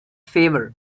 favor